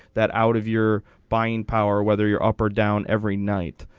that out of your buying power whether your upper down every night.